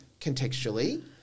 contextually